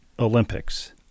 Olympics